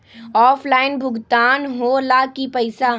Offline भुगतान हो ला कि पईसा?